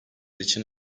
için